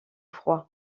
froid